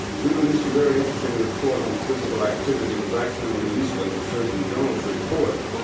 we released a very interesting report on physical activity. it was actually released as a surgeon general's report,